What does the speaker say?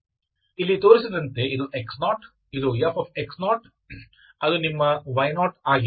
ಇಲ್ಲಿ ತೋರಿಸಿದಂತೆ ಇದು x0 ಇದು F ಅದು ನಿಮ್ಮ y0ಆಗಿವೆ